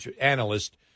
analyst